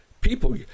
people